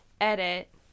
edit